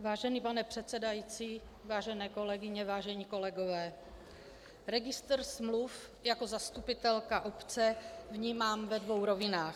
Vážený pane předsedající, vážené kolegyně, vážení kolegové, registr smluv jako zastupitelka obce vnímám ve dvou rovinách.